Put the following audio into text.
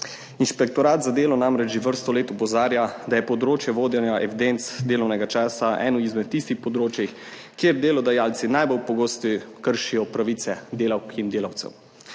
Inšpektorat za delo namreč že vrsto let opozarja, da je področje vodenja evidenc delovnega časa eno izmed tistih področij, kjer delodajalci najbolj pogosto kršijo pravice delavk in delavcev.